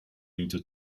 into